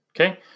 Okay